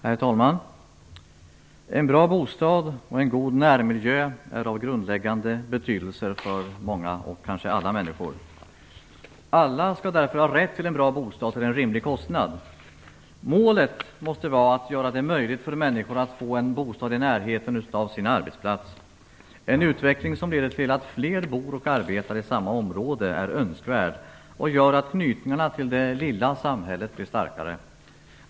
Herr talman! En bra bostad och en god närmiljö är av grundläggande betydelse för många, kanske alla, människor. Alla skall därför ha rätt till en bra bostad till en rimlig kostnad. Målet måste vara att göra det möjligt för människor att få en bostad i närheten av sin arbetsplats. En utveckling som leder till att fler bor och arbetar i samma område är önskvärd och gör att knytningarna till det lilla samhället blir starkare.